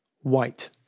White